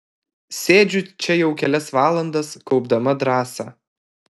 sėdžiu čia jau kelias valandas kaupdama drąsą